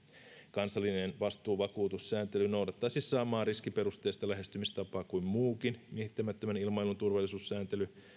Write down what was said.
kansallinen vastuuvakuutussääntely noudattaisi samaa riskiperusteista lähestymistapaa kuin muukin miehittämättömän ilmailun turvallisuussääntely